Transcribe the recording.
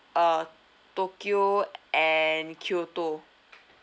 uh tokyo and kyoto